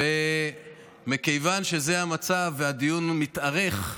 מכיוון שזה המצב, והדיון מתארך,